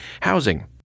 housing